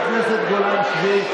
חברת הכנסת גולן, שבי.